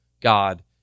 God